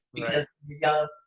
because you're young,